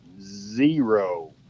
zero